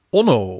Onno